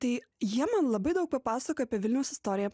tai jie man labai daug papasakoja apie vilniaus istoriją